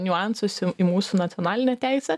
niuansus į mūsų nacionalinę teisę